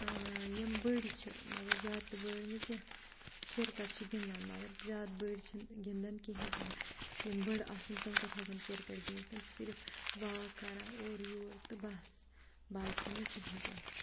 یِم بٔڑۍ چھِ مطلب زیادٕ تہٕ بٔڑۍ نہٕ کینٛہہ کِرکَٹ چھِ گِنٛدان مگر زیادٕ بٔڑۍ چھِنہٕ گِنٛدان کِہیٖنۍ تہِ نہٕ یِم بٔڑٕ آسَن تِم کَتہِ ہٮ۪کَن کِرکَٹ گِنٛدِتھ تِم چھِ صرف واک کَران اورٕ یور تہٕ بَس باقی نہٕ کِہیٖنۍ تہِ نہٕ